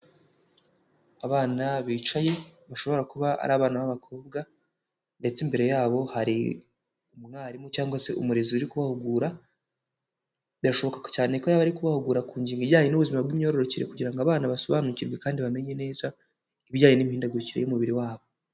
Abana bicaye bashobora kuba ari abana b'abakobwa. Ndetse imbere yabo hari umwarimu cyangwa se umurezi uri kubahugura. Birashoboka cyane ko yaba ari kubahugura ku ngingo ijyanye n'ubuzima bw'imyororokere, kugira ngo abana basobanukirwe kandi bamenye neza ibijyanye n'imihindagukire y'umubiri wabo.